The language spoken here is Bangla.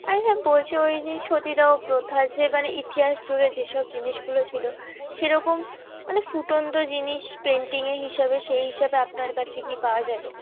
আর হ্যাঁ বলছি ওই যে সতীদাহ প্রথার যে মানে ইতিহাস জুড়ে যেসব জিনিসগুলো ছিলো সেরকম মানে ফুটন্ত জিনিস পেন্টিংয়ের হিসাবে সেই হিসাবে আপনার কাছে কি পাওয়া যাবে